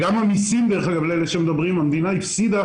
גם המיסים, דרך אגב, לאלה שמדברים, המדינה הפסידה